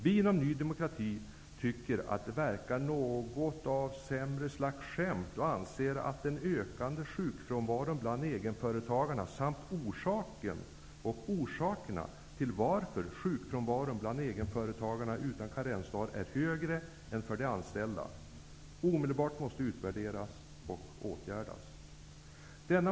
Vi inom Ny demokrati tycker att det verkar vara något av ett sämre slags skämt. Vi anser att den ökande sjukfrånvaron bland egenföretagarna samt orsakerna till att sjukfrånvaron bland egenföretagarna utan karensdag är högre än hos de anställda omedelbart måste utredas och åtgärdas.